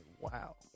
wow